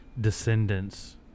Descendants